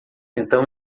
então